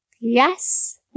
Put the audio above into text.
yes